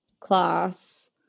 class